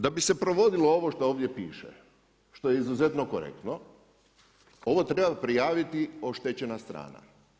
Da bi se provodilo ovo što ovdje piše, što je izuzetno korektno, ovo treba prijaviti oštećena strana.